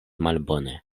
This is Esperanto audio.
malbone